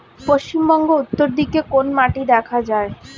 পশ্চিমবঙ্গ উত্তর দিকে কোন মাটি দেখা যায়?